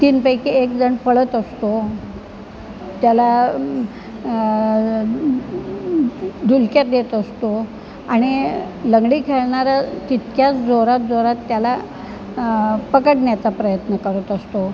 तीनपैकी एक जण पळत असतो त्याला धुलक्या देत असतो आणि लंगडी खेळणारा तितक्याच जोरात जोरात त्याला पकडण्याचा प्रयत्न करत असतो